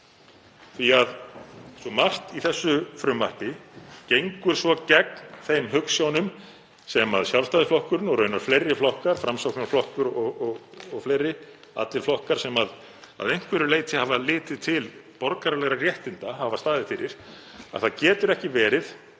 því að svo margt í frumvarpinu gengur svo gegn þeim hugsjónum sem Sjálfstæðisflokkurinn og raunar fleiri flokkar, Framsóknarflokkur og fleiri, allir flokkar sem að einhverju leyti hafa litið til borgaralegra réttinda, hafa staðið fyrir að það getur ekki verið